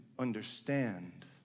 understand